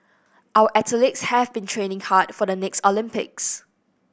our athletes have been training hard for the next Olympics